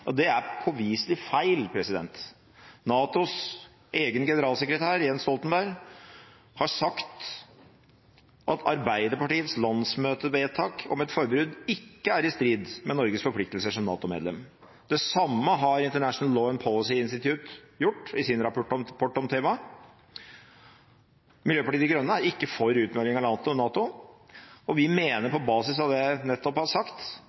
egen generalsekretær, Jens Stoltenberg, har sagt at Arbeiderpartiets landsmøtevedtak om et forbud ikke er i strid med Norges forpliktelser som NATO-medlem. Det samme har International Law and Policy Institute gjort i sin rapport om temaet. Miljøpartiet De Grønne er ikke for utmelding av NATO, og vi mener på basis av det jeg nettopp har sagt,